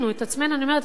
אני אומרת את עצמנו,